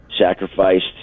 sacrificed